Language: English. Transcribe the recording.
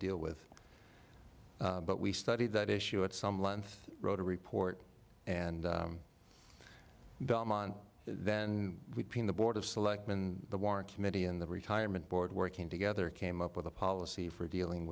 deal with but we studied that issue at some length wrote a report and belmont then the board of selectmen the warren committee and the retirement board working together came up with a policy for dealing